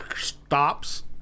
stops